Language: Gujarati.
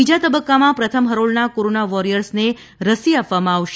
બીજા તબક્કામાં પ્રથમ હરોળના કોરોના વોરીયર્સને રસી આપવામાં આવશે